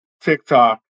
TikTok